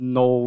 no